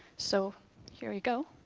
so here we go.